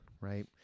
right